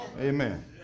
Amen